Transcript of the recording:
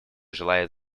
желает